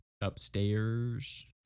Upstairs